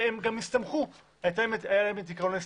הם גם הסתמכו היה להם עיקרון ההסתמכות.